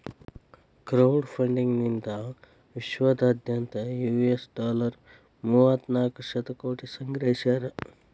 crowd funding ನಿಂದಾ ವಿಶ್ವದಾದ್ಯಂತ್ US dollar ಮೂವತ್ತನಾಕ ಶತಕೋಟಿ ಸಂಗ್ರಹಿಸ್ಯಾರ